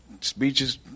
speeches